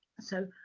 so,